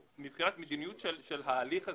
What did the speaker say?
מבחינת מדיניות של ההליך הזה,